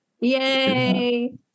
yay